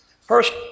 First